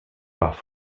par